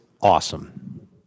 awesome